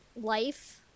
life